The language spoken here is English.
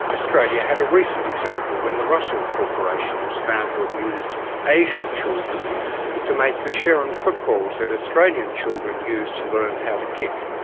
australia had a recent example when the russell corporation was found to have used asian children to make the sherrin footballs that australian children used to learn how to kick